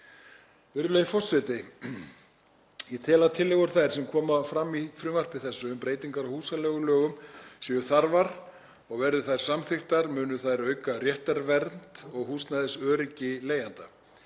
Virðulegi forseti. Ég tel að tillögur þær sem koma fram í frumvarpi þessu um breytingar á húsaleigulögum séu þarfar og verði þær samþykktar munu þær auka réttarvernd og húsnæðisöryggi leigjenda.